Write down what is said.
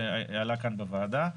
שעלה כאן בוועדה.